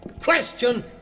question